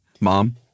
Mom